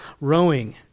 rowing